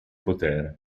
potere